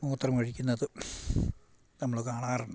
മൂത്രം ഒഴിക്കുന്നത് നമ്മൾ കാണാറുണ്ട്